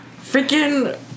Freaking